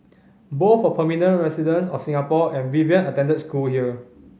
both were permanent residents of Singapore and Vivian attended school here